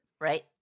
Right